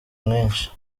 mwinshi